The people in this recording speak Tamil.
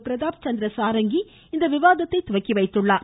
பிரதாப் சந்திர சாரங்கியும் இந்த விவாதத்தை துவக்கி வைத்தார்